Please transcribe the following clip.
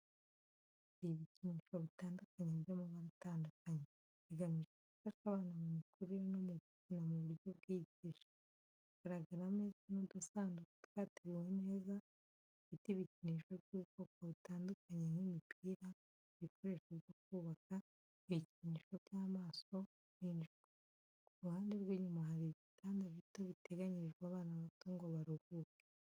Hari ibikinisho bitandukanye by’amabara atandukanye, bigamije gufasha abana mu mikurire no gukina mu buryo bwigisha. Hagaragara ameza n’udusanduku twateguwe neza, bifite ibikinisho by’ubwoko butandukanye nk’imipira, ibikoresho byo kubaka, ibikinisho by’amaso, n’ijwi. Ku ruhande rw’inyuma hari ibitanda bito biteganyirijwe abana bato ngo baruhuke.